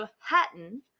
Hatton